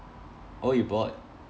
oh you bought